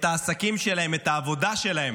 את העסקים שלהם, את העבודה שלהם,